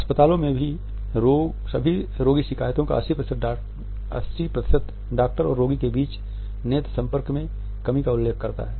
अस्पतालों में सभी रोगी शिकायतों का 80 प्रतिशत डॉक्टर और रोगी के बीच नेत्र संपर्क में कमी का उल्लेख करता हैं